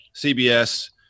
CBS